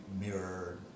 mirror